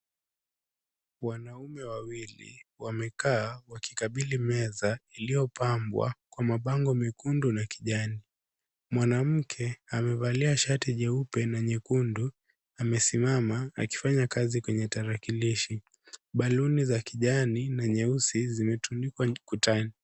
Wanaume wawili wamekaa wakikabili meza iliyopambwa kwa mabango mekundu na kijani. Mwanamke amevalia shati jeupe na nyekundu, amesimama akifanya kazi kwenye tarakilishi. Baluni za kijani na nyeusi zimetundikwa ukutani.